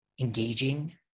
engaging